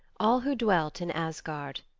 all who dwelt in asgard,